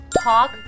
talk